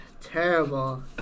terrible